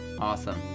Awesome